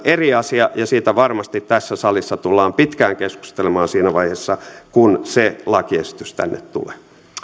eri asia ja siitä varmasti tässä salissa tullaan pitkään keskustelemaan siinä vaiheessa kun se lakiesitys tänne tulee